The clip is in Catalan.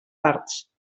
parts